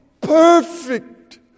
perfect